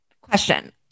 question